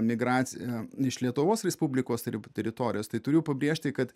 migraciją iš lietuvos respublikos teritorijos tai turiu pabrėžti kad